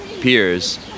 peers